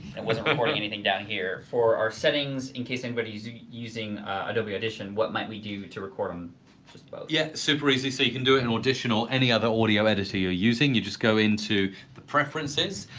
it wasn't recording anything down here. for our settings in case and but anybody's using adobe audition what might we do to record on um just both? yeah, super easy. so you can do it in audition or any other audio editor you're using. you just go into the preferences.